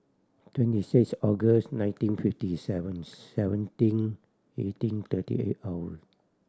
twenty six August nineteen fifty seventh seventeen eighteen thirty eight hour